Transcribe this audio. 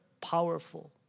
powerful